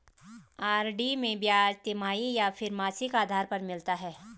RD में ब्याज तिमाही या फिर मासिक आधार पर मिलता है?